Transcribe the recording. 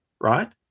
right